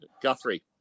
Guthrie